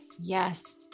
Yes